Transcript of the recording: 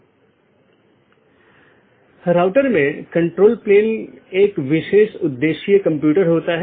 OSPF और RIP का उपयोग AS के माध्यम से सूचना ले जाने के लिए किया जाता है अन्यथा पैकेट को कैसे अग्रेषित किया जाएगा